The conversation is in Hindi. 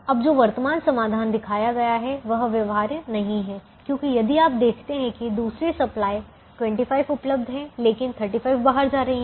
अब जो वर्तमान समाधान दिखाया गया है वह व्यवहार्य नहीं है क्योंकि यदि आप देखते हैं कि दूसरी सप्लाई 25 उपलब्ध है लेकिन 35 बाहर जा रही है